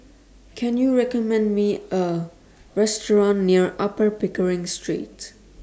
Can YOU recommend Me A Restaurant near Upper Pickering Street